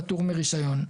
פטור מרישיון.